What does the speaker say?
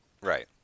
right